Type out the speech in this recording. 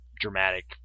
dramatic